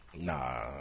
Nah